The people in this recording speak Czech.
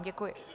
Děkuji.